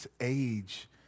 age